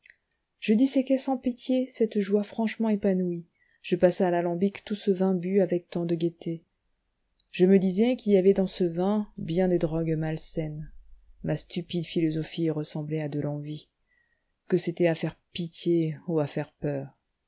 je disséquai sans pitié cette joie franchement épanouie je passai à l'alambic tout ce vin bu avec tant de gaieté je me disais qu'il y avait dans ce vin bien des drogues malsaines ma stupide philosophie ressemblait à de l'envie que c'était à faire pitié ou à faire peur